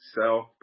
Self